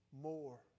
more